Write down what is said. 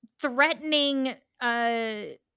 threatening